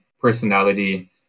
personality